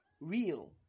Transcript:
real